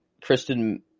Kristen